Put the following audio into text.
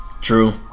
True